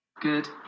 Good